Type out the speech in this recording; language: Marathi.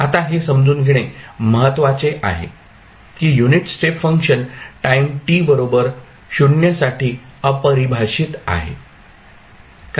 आता हे समजून घेणे महत्वाचे आहे की unit step function time t बरोबर 0 साठी अपरिभाषित आहे